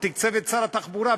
הוא תקצב את שר התחבורה,